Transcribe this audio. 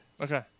Okay